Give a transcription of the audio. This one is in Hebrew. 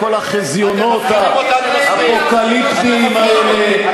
כל החזיונות האפוקליפטיים האלה,